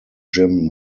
jim